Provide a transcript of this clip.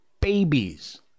babies